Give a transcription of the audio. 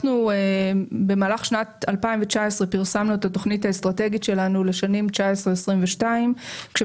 במהלך שנת 2019 פרסמנו את התכנית האסטרטגית שלנו לשנים 2022-2019 כאשר